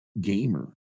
gamer